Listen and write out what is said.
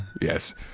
Yes